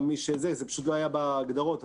זה פשוט לא היה בהגדרות,